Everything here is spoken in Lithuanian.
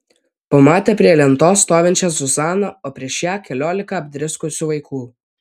pamatė prie lentos stovinčią zuzaną o prieš ją keliolika apdriskusių vaikų